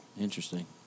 Interesting